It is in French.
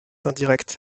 indirecte